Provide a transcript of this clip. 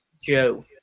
Joe